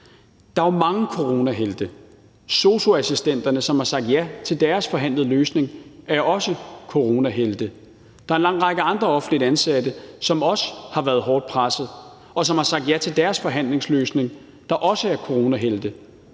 er der jo mange coronahelte. Sosu-assistenterne, som har sagt ja til deres forhandlede løsning, er også coronahelte, og der er en lang række andre offentligt ansatte, som også har været hårdt presset, som har sagt ja til deres forhandlingsløsning, og som også er coronahelte.